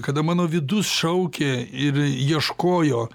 kada mano vidus šaukė ir ieškojo